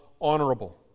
honorable